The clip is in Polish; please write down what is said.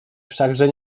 wszakże